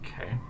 Okay